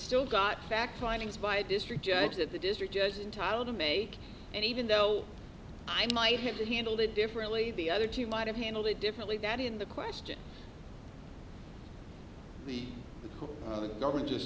still got back windings by a district judge that the district judge entitle to make and even though i might have handled it differently the other two might have handled it differently that in the question we the government just